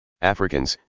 Africans